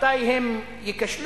מתי הם ייכשלו?